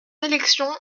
élection